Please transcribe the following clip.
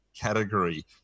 category